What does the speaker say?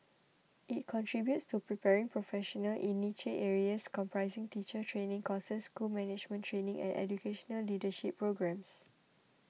it contributes to preparing professionals in niche areas comprising teacher training courses school management training and educational leadership programmes